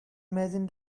imagine